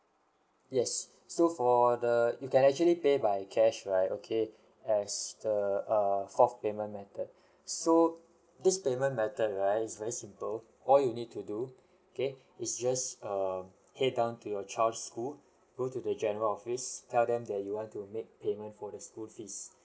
yes so for the you can actually pay by cash right okay as the err fourth payment method so this payment method right is very simple all you need to do okay is just err head down to your child's school go to the general office tell them that you want to make payment for the school fees